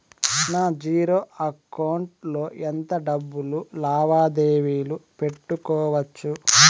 నా zero account లో ఎంత డబ్బులు లావాదేవీలు పెట్టుకోవచ్చు?